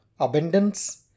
Abundance